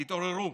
תתעוררו.